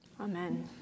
Amen